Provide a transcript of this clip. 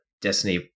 Destiny